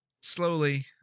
slowly